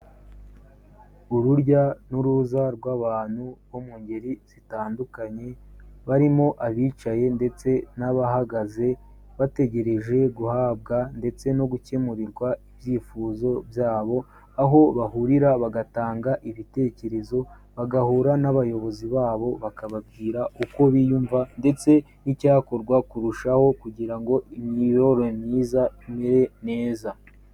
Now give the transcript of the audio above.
Urujya n'uruza rw'abantu bo mu ngeri zitandukanye, barimo abicaye ndetse n'abahagaze bategereje guhabwa ndetse no gukemurirwa ibyifuzo byabo, aho bahurira bagatanga ibitekerezo bagahura n'abayobozi babo bakababwira uko biyumva ndetse n'icyakorwa kurushaho kugira ngo imiyoborere myiza imere neza.